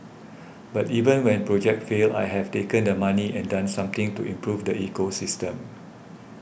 but even when projects fail I have taken the money and done something to improve the ecosystem